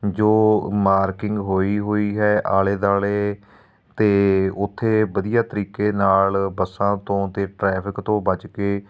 ਜੋ ਮਾਰਕਿੰਗ ਹੋਈ ਹੋਈ ਹੈ ਆਲੇ ਦੁਆਲੇ ਅਤੇ ਉੱਥੇ ਵਧੀਆ ਤਰੀਕੇ ਨਾਲ ਬੱਸਾਂ ਤੋਂ ਅਤੇ ਟਰੈਫਿਕ ਤੋਂ ਬਚ ਕੇ